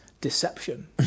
Deception